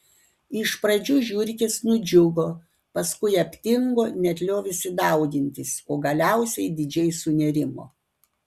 iš pradžių žiurkės nudžiugo paskui aptingo net liovėsi daugintis o galiausiai didžiai sunerimo